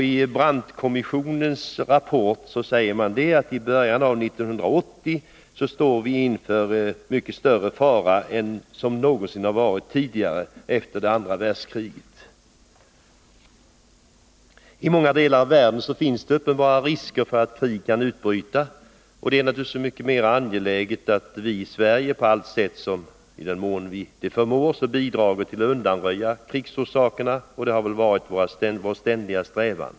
I Brandtkommissionens rapport sägs att vi i början av 1980-talet står inför en mycket större krigsfara än någonsin tidigare efter det andra världskriget. I många delar av världen finns uppenbara risker för att krig kan utbryta. Det är därför så mycket angelägnare att vi i Sverige, i den mån vi förmår, bidrar till att undanröja krigsorsakerna. Det har väl också varit vår ständiga strävan.